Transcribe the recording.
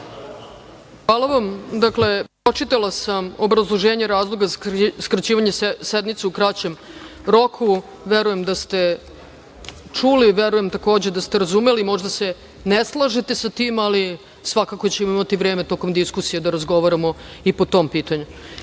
Hvala vam. Dakle, pročitala sam obrazloženje razloga sazivanja sednice u kraćem roku. Verujem da ste čuli i verujem, takođe, da ste razumeli. Možda se ne slažete sa tim, ali svakako ćemo imati vreme tokom diskusije da razgovaramo i po tom pitanju. Da